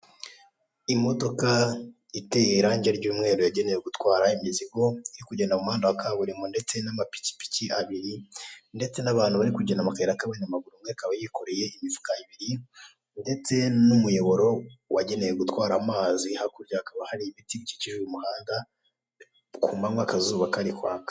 Imodoka iteye irange ry'umweru yagenewe gutwara imizigo iri kugenda mu muhanda wa kaburimbo ndetse n'amapikipiki abiri ndetse n'abantu bari kugenda mu kayira k'abanyamaguru umwe akaba yikoreye imifuka ibiri, ndetse n'umuyoboro wagenewe gutwara amazi, hakurya hakaba hari ibiti bikikije umuhanda ku manywa akazuba kari kwaka.